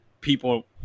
People